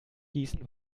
gießen